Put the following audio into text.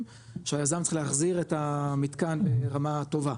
שהיזם צריך להחזיר את המתקן לרמה טובה,